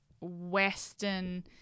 western